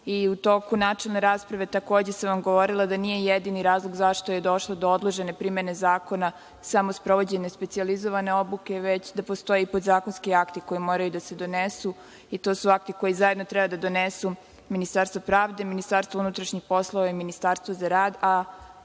u toku načelne rasprave takođe sam vam govorila da nije jedini razlog zašto je došlo do odložene primene zakona samo sprovođenje specijalizovane obuke, već da postoje podzakonski akti koji moraju da se donesu, i to su akti koje zajedno treba da donesu Ministarstvo pravde, MUP i Ministarstvo za rad.